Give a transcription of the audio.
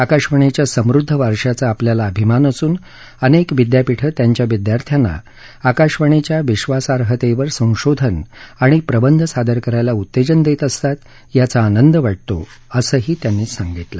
आकाशवाणीच्या समृद्ध वारशाचा आपल्याला अभिमान असूनअनेक विद्यापीठं त्यांच्या विद्यार्थ्यांना आकाशवाणीच्या विश्वासार्हतेवर संशोधन आणि प्रबंध सादर करायला उत्तेजन देत असतात याचा आनंद वाटतो असं त्यांनी सांगितलं